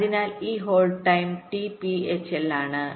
അതിനാൽ ഈ ഹോൾഡ് സമയം t p hl ആണ്